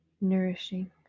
nourishing